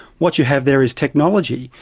what you have there is technology,